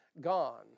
Gone